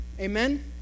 Amen